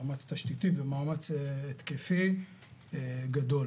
מאמץ תשתיתי ומאמת התקפי גדול.